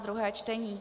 druhé čtení